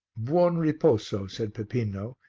buon riposo, said peppino,